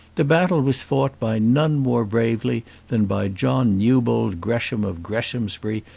the battle was fought by none more bravely than by john newbold gresham of greshamsbury,